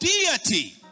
deity